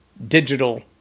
digital